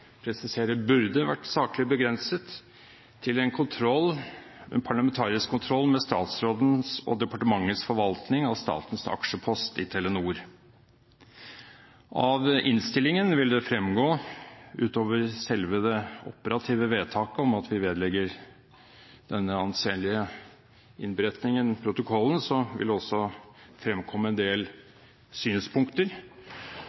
presisere: burde vært saklig begrenset – til en parlamentarisk kontroll med statsrådens og departementets forvaltning av statens aksjepost i Telenor. Av innstillingen vil det, utover selve det operative vedtaket om at vi vedlegger denne anselige innberetningen i protokollen, også fremkomme en del